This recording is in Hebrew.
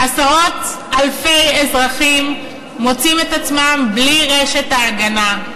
עשרות-אלפי אזרחים מוצאים את עצמם בלי רשת ההגנה,